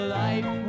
life